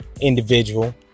individual